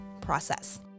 process